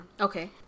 Okay